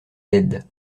laides